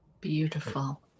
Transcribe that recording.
beautiful